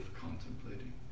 contemplating